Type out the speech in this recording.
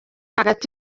hagati